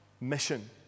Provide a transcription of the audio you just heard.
mission